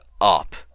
up